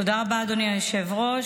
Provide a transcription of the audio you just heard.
תודה רבה, אדוני היושב-ראש.